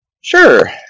Sure